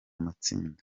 matsinda